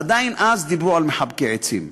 עדיין אז דיברו על מחבקי עצים,